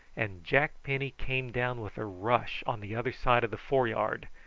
and jack penny came down with a rush on the other side of the fore-yard,